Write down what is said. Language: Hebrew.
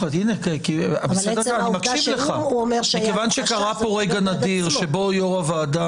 כיוון שקרה פה רגע נדיר שבו יושב-ראש הוועדה